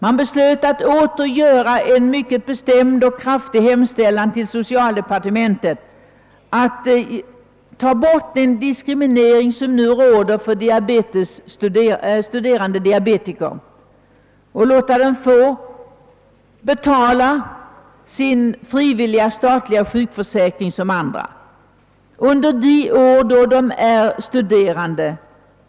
Man beslöt att åter göra en bestämd hemställan till socialdepartementet om att undanröja den diskriminering som nu råder för studerande diabetiker och låta dem få betala sin frivilliga statliga sjukförsäkring liksom andra under de år då de är studerande.